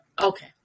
Okay